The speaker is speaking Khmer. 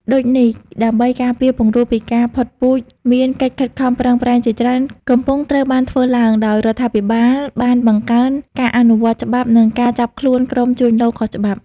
ដូចនេះដើម្បីការពារពង្រូលពីការផុតពូជ មានកិច្ចខិតខំប្រឹងប្រែងជាច្រើនកំពុងត្រូវបានធ្វើឡើង ដោយរដ្ឋាភិបាលបានបង្កើន ការអនុវត្តច្បាប់ និងការចាប់ខ្លួនក្រុមជួញដូរខុសច្បាប់។